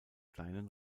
kleinen